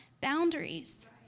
boundaries